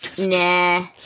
Nah